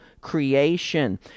creation